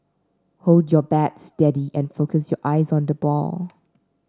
hold your bat steady and focus your eyes on the ball